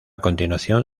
continuación